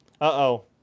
Uh-oh